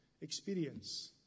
experience